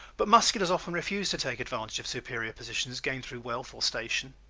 but musculars often refuse to take advantage of superior positions gained through wealth or station,